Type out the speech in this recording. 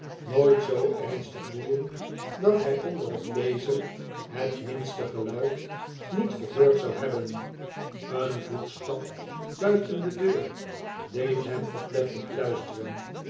nooit zoo erhstig boeien dat hij onder het lezen het minste geluid niet gehoord zou hebben een voetstap buiten de deur deed hem oplettend luisteren